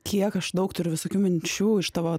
kiek aš daug turiu visokių minčių iš tavo